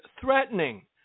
threatening